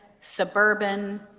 suburban